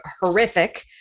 horrific